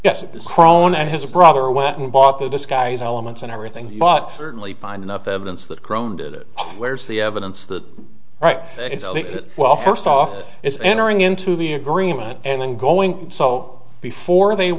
yes it was her own and his brother went and bought the disguise elements and everything but certainly find enough evidence that groaned it where's the evidence that right it's that well first off it's entering into the agreement and then going so before they